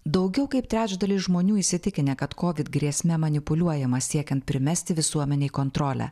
daugiau kaip trečdalis žmonių įsitikinę kad kovid grėsme manipuliuojama siekiant primesti visuomenei kontrolę